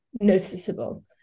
noticeable